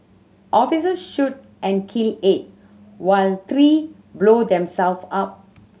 officers shoot and kill eight while three blow them self up